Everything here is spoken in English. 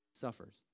suffers